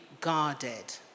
guarded